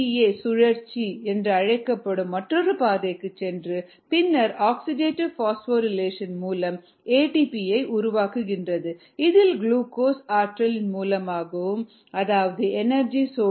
ஏ சுழற்சி என்று அழைக்கப்படும் மற்றொரு பாதைக்கு சென்று பின்னர் ஆக்சிடேடிவ் பாஸ்போரிலேஷன் மூலம் ஏடிபியை உருவாக்குகிறது இதில் குளுக்கோஸே ஆற்றலின் மூலமாகும் அதாவது எனர்ஜி சோர்ஸ்